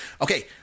Okay